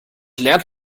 lernt